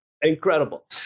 incredible